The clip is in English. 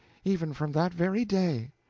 even from that very day.